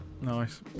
Nice